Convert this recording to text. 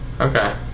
Okay